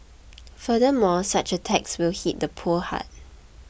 furthermore such a tax will hit the poor hard